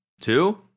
Two